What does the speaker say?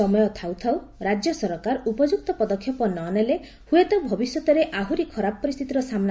ସମୟ ଥାଉଥାଉ ରାକ୍ୟ ସରକାର ଉପଯୁକ୍ତ ପଦକ୍ଷେପ ନ ନେଲେ ହୃଏତ ଭବିଷ୍ୟତରେ ଆହୂରି ଖରାପ ପରିସ୍ତିତିର ସାମୁ